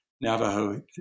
Navajo